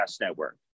Network